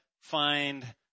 find